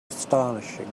astonishing